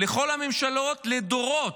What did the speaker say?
לכל הממשלות לדורות.